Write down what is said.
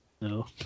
No